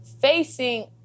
facing